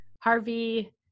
Harvey